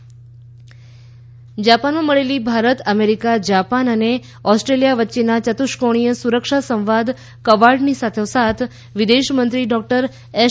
Jaishankar Pompeo જાપાનમાં મળેલી Bharat America Japan અને ઓસ્ટ્રેલીયા વચ્ચેના યતુષ્કોણીય સુરક્ષા સંવાદ ક્વાડની સાથોસાથ વિદેશ મંત્રી ડોક્ટર એસ